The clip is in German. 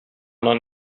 immer